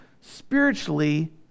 spiritually